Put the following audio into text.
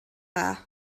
dda